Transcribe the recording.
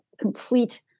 complete